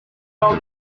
note